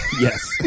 Yes